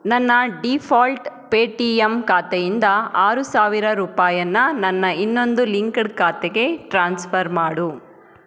ನನ್ನ default Paytm ಖಾತೆಯಿಂದ ಆರು ಸಾವಿರ ರೂಪಾಯಿಯನ್ನು ನನ್ನ ಇನ್ನೊಂದು ಲಿಂಕ್ಡ್ ಖಾತೆಗೆ ಟ್ರಾನ್ಸ್ಫರ್ ಮಾಡು